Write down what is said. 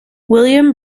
william